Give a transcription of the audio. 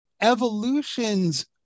evolution's